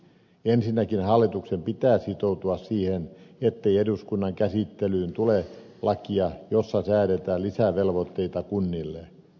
ensinnäkin hallituksen pitää sitoutua siihen ettei eduskunnan käsittelyyn tule lakia jossa säädetään lisävelvoitteita kunnille